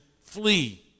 flee